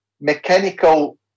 mechanical